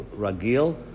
ragil